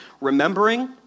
remembering